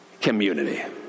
Community